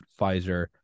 Pfizer